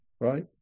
right